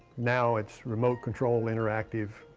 now, it's remote control, interactive,